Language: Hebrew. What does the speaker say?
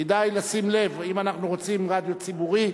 כדאי לשים לב: אם אנחנו רוצים רדיו ציבורי,